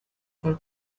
for